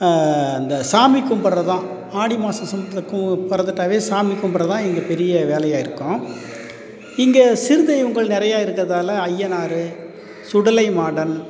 அந்த சாமி கும்பிட்றது தான் ஆடி மாதம் பொறந்துட்டாவே சாமி கும்பிட்றது தான் இங்க பெரிய வேலையாக இருக்கும் இங்கே சிறு தெய்வங்கள் நிறையா இருக்கறதால அய்யனாரு சுடலை மாடன்